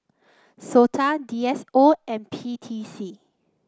SOTA D S O and P T C